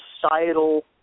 societal